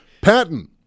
Patton